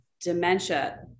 dementia